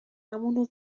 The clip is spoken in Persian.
همونو